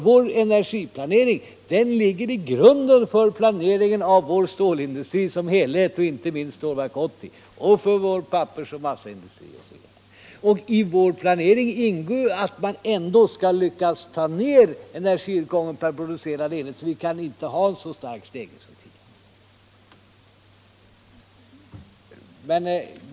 Vår energiplanering ligger till grund för planeringen av vår stålindustri som helhet, inte minst för Stålverk 80, för vår pappersoch massaindustri osv. I vår planering ingår ändå att man skall lyckas bringa ned energiåtgången per producerad enhet. Vi kan inte ha en alltför stark stegring.